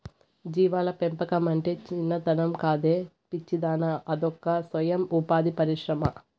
జీవాల పెంపకమంటే చిన్నతనం కాదే పిచ్చిదానా అదొక సొయం ఉపాధి పరిశ్రమ